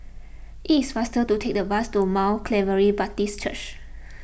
it is faster to take the bus to Mount Calvary Baptist Church